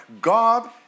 God